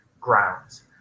grounds